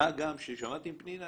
עיריית אשדוד,